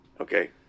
Okay